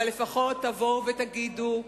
אבל לפחות תבואו ותגידו: